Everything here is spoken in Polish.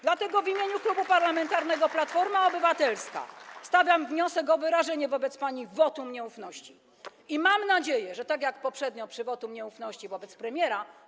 Dlatego w imieniu Klubu Parlamentarnego Platforma Obywatelska stawiam wniosek o wyrażenie wobec pani wotum nieufności i mam nadzieję, że tak jak poprzednio przy wotum nieufności wobec premiera.